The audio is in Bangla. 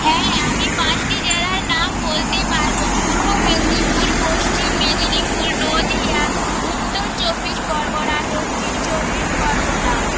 হ্যাঁ আমি পাঁচটি জেলার নাম বলতে পারবো পূর্ব মেদিনীপুর পশ্চিম মেদিনীপুর নদীয়া উত্তর চব্বিশ পরগণা দক্ষিণ চব্বিশ পরগণা